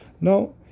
No